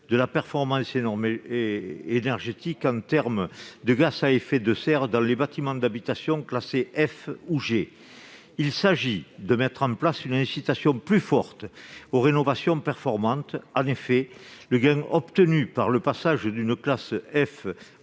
de la performance énergétique et visant une réduction des émissions de gaz à effet de serre dans les bâtiments d'habitation classés F ou G. Il s'agit de mettre en place une incitation plus forte aux rénovations performantes. En effet, le gain obtenu par le passage d'une classe F